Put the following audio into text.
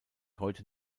heute